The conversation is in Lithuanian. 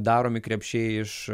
daromi krepšiai iš